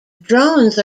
drones